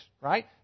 right